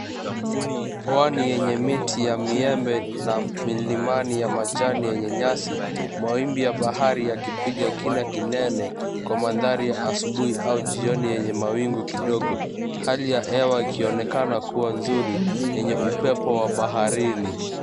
Pwani yenye miti ya miembe na milimani ya majani yenye nyasi, mwaimbi ya bahari yakipiga kina kinene kwa mandhari ya asubuhi au jioni yenye mawingu kidogo, hali ya hewa ikionekana kuwa nzuri yenye upepo wa baharini.